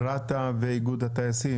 רת"א ואיגוד הטייסים.